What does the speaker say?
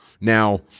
Now